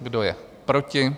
Kdo je proti?